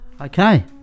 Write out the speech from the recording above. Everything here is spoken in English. Okay